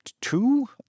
two